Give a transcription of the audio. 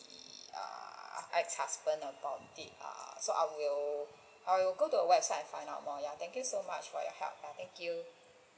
ah ex husband about it lah so I will I will go to the website to find out more thank you so much for your help thank you